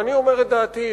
ואני אומר את דעתי,